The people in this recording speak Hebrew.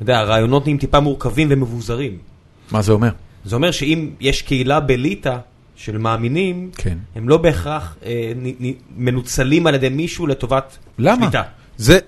והרעיונות נהיים טיפה מורכבים ומבוזרים. מה זה אומר? זה אומר שאם יש קהילה בליטא של מאמינים, הם לא בהכרח מנוצלים על ידי מישהו לטובת ליטא.